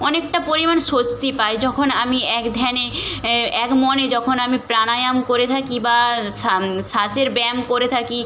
অনেকটা পরিমাণ স্বস্তি পাই যখন আমি এক ধ্যানে এ এক মনে যখন আমি প্রাণায়াম করে থাকি বা সাম শ্বাসের ব্যায়াম করে থাকি